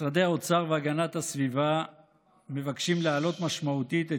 משרדי האוצר והגנת הסביבה מבקשים להעלות משמעותית את